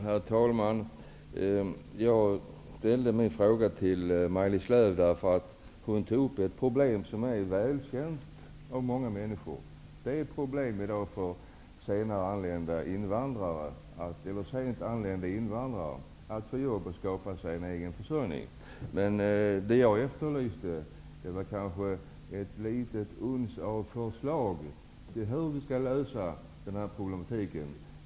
Herr talman! Jag ställde min fråga till Maj-Lis Lööw därför att hon tog upp ett problem som är välkänt för många människor: Det är i dag problem för sent anlända invandrare att få jobb och skapa sig en egen försörjning. Men vad jag efterlyste var en tillstymmelse till förslag om hur vi skall lösa det här problemet.